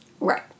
right